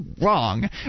wrong